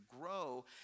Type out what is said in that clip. grow